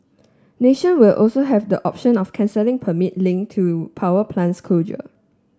nation will also have the option of cancelling permit link to power plant closure